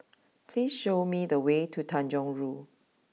please show me the way to Tanjong Rhu